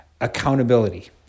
accountability